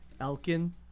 Elkin